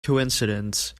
coincidence